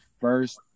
first